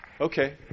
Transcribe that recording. Okay